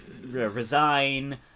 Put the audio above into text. resign